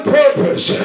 purpose